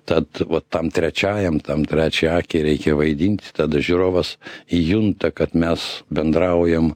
tad va tam trečiajam tam trečiai akiai reikia vaidint tada žiūrovas junta kad mes bendraujam